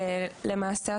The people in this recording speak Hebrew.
למעשה,